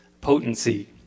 potency